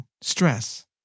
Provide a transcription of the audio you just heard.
stress